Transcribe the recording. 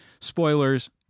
spoilers